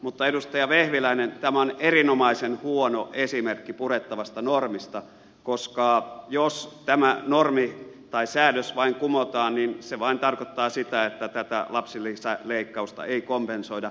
mutta edustaja vehviläinen tämä on erinomaisen huono esimerkki purettavasta normista koska jos tämä säädös vain kumotaan niin se tarkoittaa vain sitä että tätä lapsilisäleikkausta ei kompensoida